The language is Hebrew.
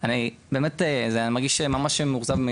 שאני באמת מרגיש ממש מאוכזב,